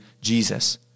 Jesus